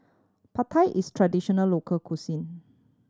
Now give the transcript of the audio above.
Pad Thai is traditional local cuisine